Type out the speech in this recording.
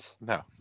No